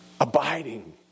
Abiding